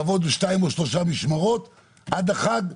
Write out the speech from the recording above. תעבוד בשתיים או שלוש משמרות עד החג,